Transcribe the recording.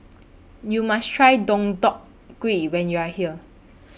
YOU must Try Deodeok Gui when YOU Are here